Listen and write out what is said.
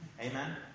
Amen